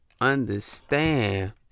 understand